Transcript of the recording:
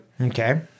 Okay